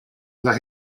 the